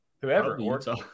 whoever